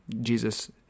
Jesus